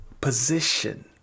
position